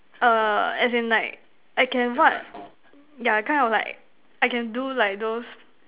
err as in like I can what yeah kind of like I can do like those